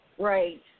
Right